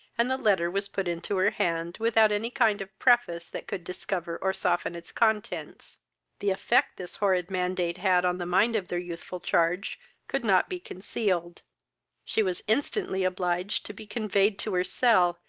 and the letter was put into her hand, without any kind of preface that could discover or soften its contents the effect this horrid mandate had on the mind of their youthful charge could not be concealed she was instantly obliged to be conveyed to her cell,